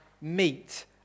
meet